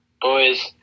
boys